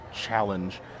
challenge